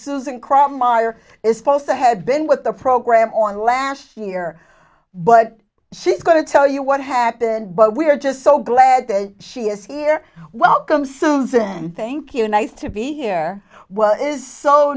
is supposed to had been with the program on last year but she's going to tell you what happened but we're just so glad that she is here welcome susan thank you nice to be here what is so